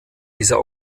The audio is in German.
dieser